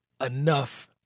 enough